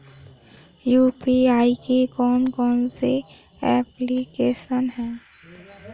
UPI की कौन कौन सी एप्लिकेशन हैं?